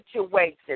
situation